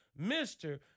Mr